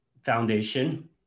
Foundation